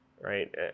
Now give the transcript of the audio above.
Right